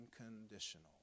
unconditional